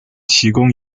提供